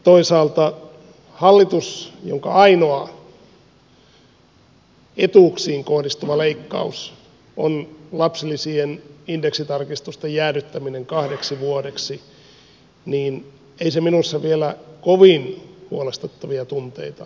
toisaalta hallitus jonka ainoa etuuksiin kohdistuva leikkaus on lapsilisien indeksitarkistusten jäädyttäminen kahdeksi vuodeksi ei minussa vielä kovin huolestuttavia tunteita herätä